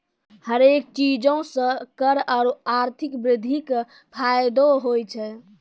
हरेक चीजो से कर आरु आर्थिक वृद्धि के फायदो होय छै